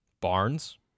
Barnes